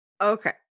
Okay